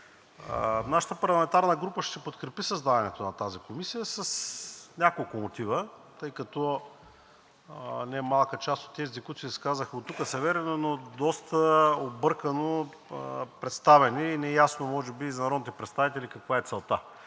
Нашата парламентарна група ще подкрепи създаването на тази комисия с няколко мотива, тъй като немалка част от тези, които се изказаха от тук, са верни, но доста объркано представени и неясно може би и за народните представители е каква е целта.